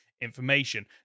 information